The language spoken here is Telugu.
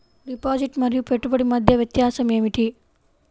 డిపాజిట్ మరియు పెట్టుబడి మధ్య వ్యత్యాసం ఏమిటీ?